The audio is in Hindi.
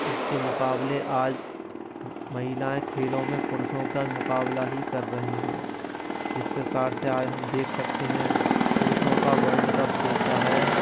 उसके मुक़ाबले आज महिलाएँ खेलों में पुरुषों का मुक़ाबला ही कर रहीं हैं जिस प्रकार से आज हम देख सकते हैं पुरुषों का वर्ल्ड कप होता है